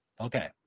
Okay